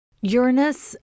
Uranus